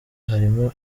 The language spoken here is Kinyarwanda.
harimo